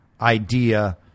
idea